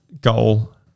goal